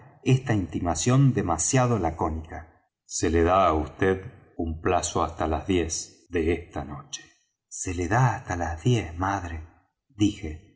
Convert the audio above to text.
esta intimación demasiado lacónica se le da á vd de plazo hasta las diez de esta noche se le da hasta las diez madre dije